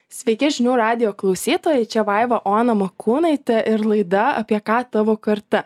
sveiki žinių radijo klausytojai čia vaiva ona mokūnaitė ir laida apie ką tavo karta